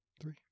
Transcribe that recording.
Three